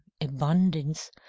abundance